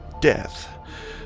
death